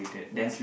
ya